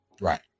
Right